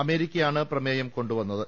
അമേരിക്കയാണ് പ്രമേയം കൊണ്ടു വന്നത്